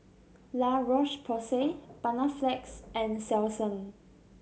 La Roche Porsay Panaflex and Selsun